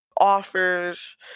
offers